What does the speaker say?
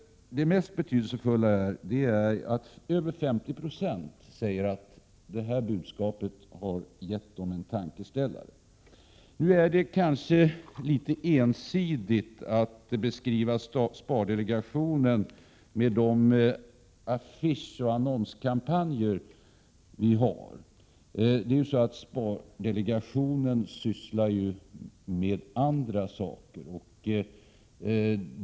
Det mest betydelsefulla med spardelegationens senaste kampanj är att över 50 96 av de tillfrågade sagt att budskapet har gett dem en tankeställare. Nu är det kanske något ensidigt att beskriva spardelegationen med de affischer och annonskampanjer som den har. Spardelegationen sysslar också med andra saker.